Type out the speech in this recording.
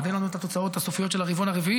עוד אין לנו את התוצאות הסופיות של הרבעון הרביעי,